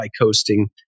coasting